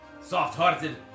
soft-hearted